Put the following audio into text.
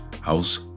House